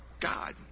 God